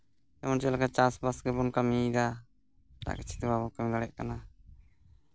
ᱡᱮᱢᱚᱱ ᱪᱮᱫᱠᱟ ᱪᱟᱥᱼᱵᱟᱥ ᱨᱮᱵᱚᱱ ᱠᱟᱹᱢᱤᱭᱮᱫᱟ ᱮᱴᱟᱜ ᱠᱤᱪᱷᱩ ᱫᱚ ᱵᱟᱵᱚᱱ ᱠᱟᱹᱢᱤ ᱫᱟᱲᱮᱭᱟᱜ ᱠᱟᱱᱟ